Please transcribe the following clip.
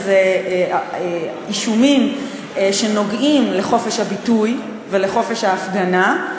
אישומים שנוגעים לחופש הביטוי ולחופש ההפגנה,